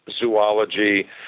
zoology